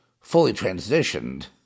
fully-transitioned